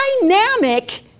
dynamic